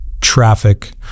traffic